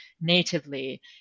natively